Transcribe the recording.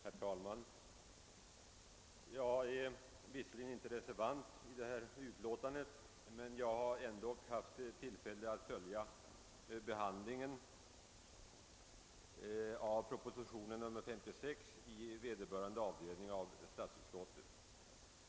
Herr talman! Jag är visserligen inte reservant i detta ärende men har haft tillfälle att följa behandlingen av proposition nr 56 i vederbörande avdelning av statsutskottet.